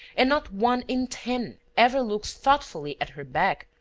and not one in ten ever looks thoughtfully at her back,